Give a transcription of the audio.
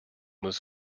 was